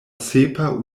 sepa